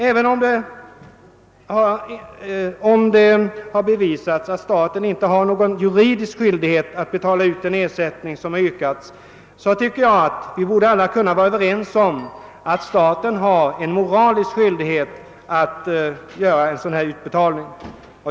Även om det har bevisats att staten inte har någon juridisk skyldighet att betala ut den ersättning som yrkats, tycker jag att vi alla borde kunna vara överens om att staten har en moralisk skyldighet att lämna ersättning.